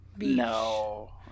no